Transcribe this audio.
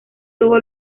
tuvo